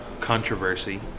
controversy